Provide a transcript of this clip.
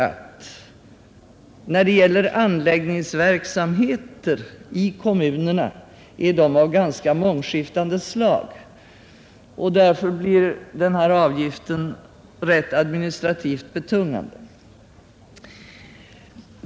Anläggningsverksamheten i kommunerna är nämligen av mångskiftande slag, och därför blir denna avgift administrativt rätt betungande.